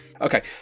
Okay